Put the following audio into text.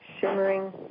shimmering